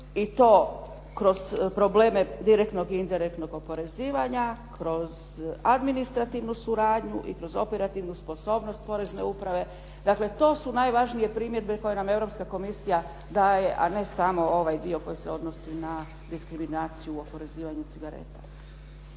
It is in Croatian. i to kroz probleme direktnog i indirektnog oporezivanja, kroz administrativnu suradnju i kroz operativnu sposobnost porezne uprave. Dakle, to su najvažnije primjedbe koje nam Europska komisija daje, a ne samo ovaj dio koji se odnosi na diskriminaciju o oporezivanju cigareta.